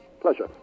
Pleasure